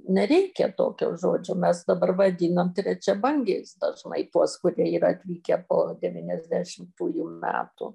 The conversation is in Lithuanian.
nereikia tokio žodžio mes dabar vadinam trečiabangiai dažnai tuos kurie yra atvykę po devyniasdešimtųjų metų